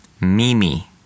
Mimi